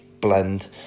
blend